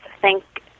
thank